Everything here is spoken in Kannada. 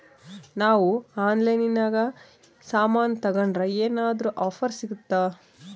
ನಾವು ಆನ್ಲೈನಿನಾಗ ಸಾಮಾನು ತಗಂಡ್ರ ಏನಾದ್ರೂ ಆಫರ್ ಸಿಗುತ್ತಾ?